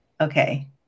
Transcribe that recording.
Okay